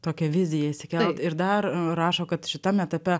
tokią viziją išsikelt ir dar rašo kad šitam etape